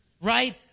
right